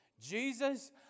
Jesus